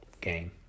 game